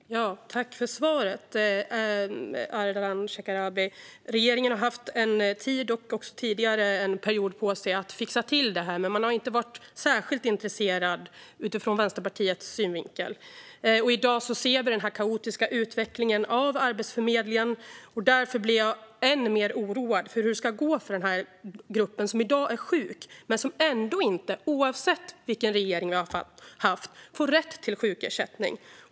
Fru talman! Tack för svaret, Ardalan Shekarabi! Regeringen har haft tid på sig och hade även en period tidigare att fixa till detta, men utifrån Vänsterpartiets synvinkel har man inte varit särskilt intresserad. I dag ser vi den kaotiska utvecklingen av Arbetsförmedlingen. Därför blir jag än mer oroad över hur det ska gå för den här gruppen som i dag är sjuk men som oavsett vilken regering vi har haft ändå inte får rätt till sjukersättning.